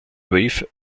wave